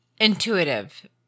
intuitive